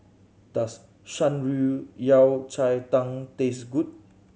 does Shan Rui Yao Cai Tang taste good